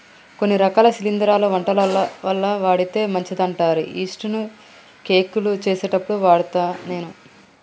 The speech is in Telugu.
కొన్ని రకాల శిలింద్రాలు వంటలల్ల వాడితే మంచిదంటారు యిస్టు ను కేకులు చేసేప్పుడు వాడుత నేను